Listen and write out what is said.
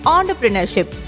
Entrepreneurship